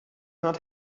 not